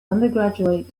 undergraduate